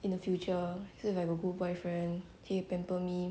in the future if I have a good boyfriend he'll pamper me